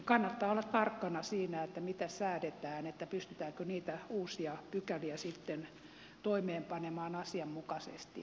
kannattaa olla tarkkana siinä mitä säädetään pystytäänkö niitä uusia pykäliä sitten toimeenpanemaan asianmukaisesti